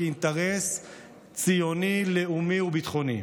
כאינטרס ציוני לאומי וביטחוני.